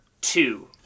Two